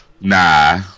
Nah